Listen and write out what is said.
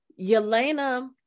yelena